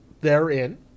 therein